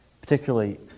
particularly